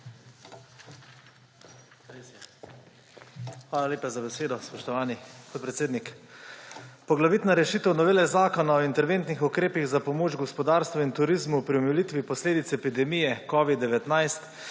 Hvala lepa za besedo, spoštovani podpredsednik. Poglavitna rešitev novele zakona o interventnih ukrepih za pomoč gospodarstvu in turizmu pri omilitvi posledic epidemije covida-19